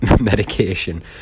medication